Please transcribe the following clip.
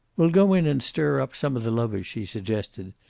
we'll go in and stir up some of the lovers, she suggested.